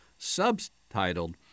subtitled